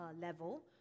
level